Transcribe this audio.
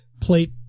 plate